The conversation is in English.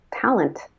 talent